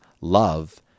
love